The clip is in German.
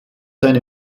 seine